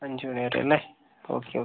അഞ്ച് മണി വരെയല്ലേ ഓക്കെ ഓക്കെ